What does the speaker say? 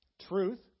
Truth